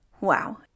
Wow